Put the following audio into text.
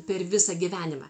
per visą gyvenimą